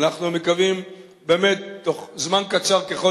אנחנו מקווים, תוך זמן קצר ככל